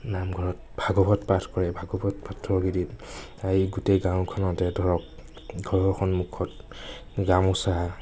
নামঘৰত ভাগৱত পাঠ কৰে ভাগৱত পাঠৰকেইদিন গোটেই গাঁওখনতে ধৰক ঘৰৰ সন্মুখত গামোচা